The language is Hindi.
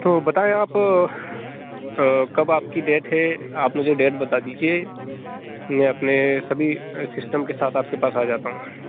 तो बताएँ आप कब आपकी डेट है आप मुझे डेट बता दीजिए मैं अपने सभी सिस्टम के साथ आपके पास आ जाता हूँ